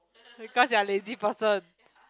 because you are lazy person